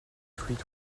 fruits